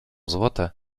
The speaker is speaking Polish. złote